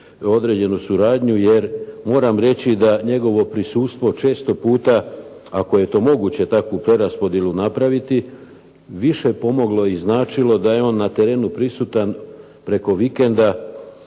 određenu suradnju jer moram reći da njegovo prisustvo često puta, ako je to moguće takvu preraspodjelu napraviti više pomoglo i značilo da je on na terenu prisutan preko vikenda,